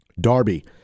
Darby